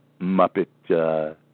Muppet